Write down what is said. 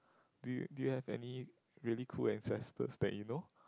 do you do you any really cool ancestors that you know